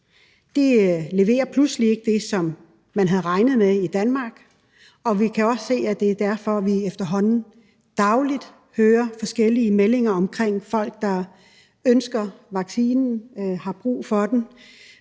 ikke leverer det, som man havde regnet med i Danmark, og vi kan også se, at det er derfor, at vi efterhånden dagligt hører forskellige meldinger om folk, der ønsker vaccinen, har brug for den,